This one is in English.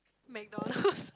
McDonald's